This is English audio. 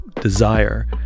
desire